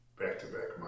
Back-to-back